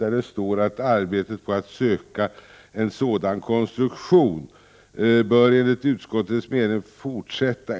Det står: ”Arbetet på att söka en sådan konstruktion bör enligt utskottets mening fortsättas.